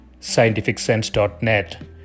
scientificsense.net